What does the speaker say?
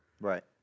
Right